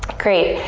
great,